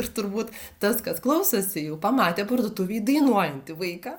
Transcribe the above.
ir turbūt tas kas klausosi jau pamatė parduotuvėj dainuojantį vaiką